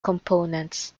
components